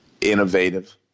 Innovative